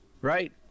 right